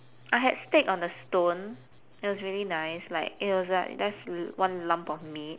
I had steak on the stone it was really nice like it was like just one lump of meat